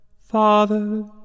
Father